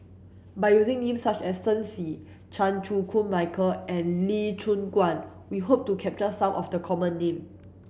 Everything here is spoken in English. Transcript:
by using names such as Shen Xi Chan Chew Koon Michael and Lee Choon Guan we hope to capture some of the common names